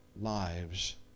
lives